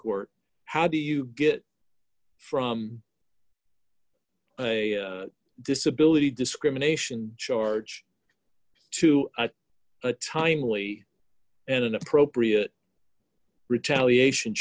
court how do you get from a disability discrimination charge to a timely and an appropriate retaliation